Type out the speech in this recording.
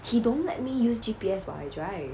he don't let me use G_P_S while I drive